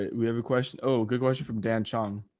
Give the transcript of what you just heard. we have a question. oh, good question from dan, sean.